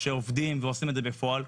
שעובדים ועושים את זה בפועל.